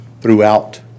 throughout